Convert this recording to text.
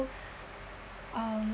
um